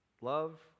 Love